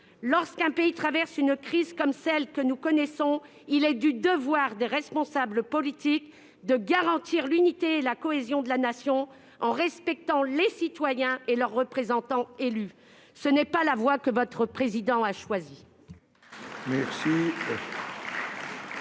Lorsqu'un pays traverse une crise comme celle que nous connaissons, il est du devoir des responsables politiques de garantir l'unité et la cohésion de la Nation, en respectant les citoyens et leur représentant élus. Ce n'est pas la voie que votre président a choisie.